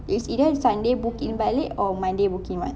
it's either sunday booking balik or monday booking [what]